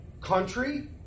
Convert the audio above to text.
country